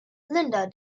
linda